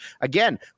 Again